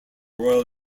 royal